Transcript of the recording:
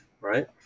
right